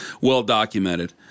well-documented